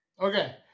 Okay